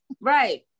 Right